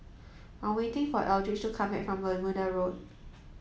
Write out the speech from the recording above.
I am waiting for Eldridge to come back from Bermuda Road